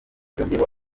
yongeyeho